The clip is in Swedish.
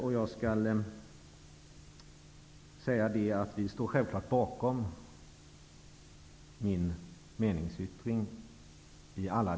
Vi står självfallet i alla delar bakom min meningsyttring.